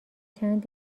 چند